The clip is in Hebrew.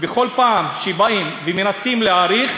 בכל פעם שבאים ומנסים להאריך,